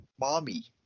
mommy